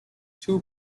two